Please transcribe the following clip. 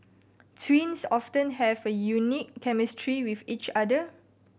twins often have a unique chemistry with each other